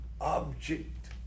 object